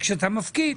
וכשדאתה מפקיד,